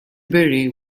berry